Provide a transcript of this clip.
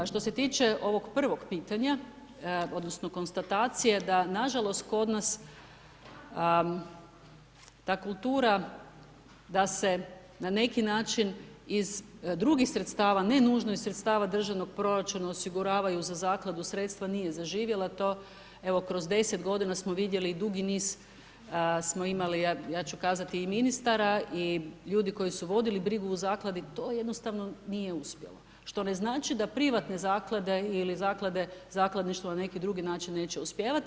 Što se tiče ovog prvog pitanja, odnosno, konstatacije da nažalost kod nas, ta kultura da se na neki način, iz drugih sredstava, ne nužno iz sredstava državnog proračuna, osiguravaju za zakladu sredstava nije zaživjela, to evo, kroz 10 g. smo vidjeli i dugi niz smo imali ja ću kazati i ministara i ljudi koji su vodili brigu o zakladi, to jednostavno nije uspjelo, što ne znači da privatne zaklade ili zakladništva ili neki drugi način neće uspijevati.